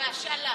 בהשאלה.